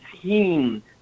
team